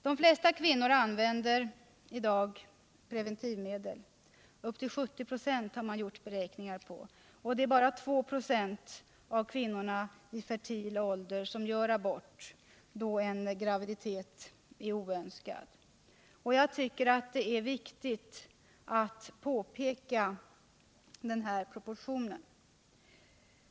De flesta kvinnor använder i dag preventivmedel — upp till 70 96 enligt gjorda beräkningar. Bara 2 96 av kvinnorna i fertil ålder gör abort då en graviditet är oönskad. Det är viktigt att påpeka denna proportion.